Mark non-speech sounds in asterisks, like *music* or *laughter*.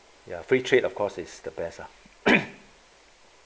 ya free trade of course is the best lah *coughs*